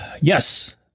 Yes